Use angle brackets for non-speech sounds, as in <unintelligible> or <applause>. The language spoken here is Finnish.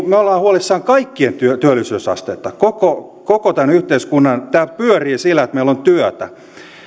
<unintelligible> me olemme huolissamme kaikkien työllisyysasteesta koko koko tämän yhteiskunnan tämähän pyörii sillä että meillä on työtä